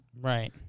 Right